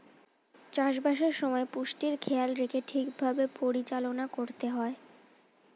চাষ বাসের সময় পুষ্টির খেয়াল রেখে ঠিক ভাবে পরিচালনা করতে হয়